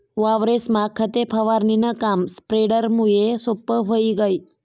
वावरेस्मा खते फवारणीनं काम स्प्रेडरमुये सोप्पं व्हयी गय